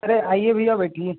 अरे आइए भैया बैठिए